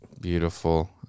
Beautiful